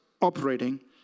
operating